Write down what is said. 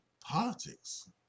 politics